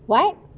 what